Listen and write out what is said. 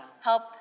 help